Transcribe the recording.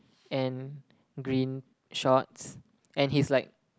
and green shorts and he's like